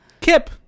Kip